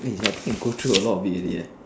eh I think we go through a lot of it already eh